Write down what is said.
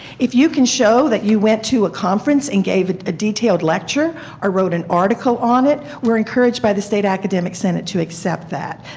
if you can show that you went to a conference and gave a detailed lecture or wrote an article on it, we are encouraged by the state academic senate to accept that.